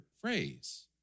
phrase